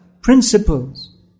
principles